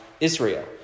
Israel